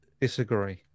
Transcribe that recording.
disagree